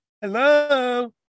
Hello